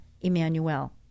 Emmanuel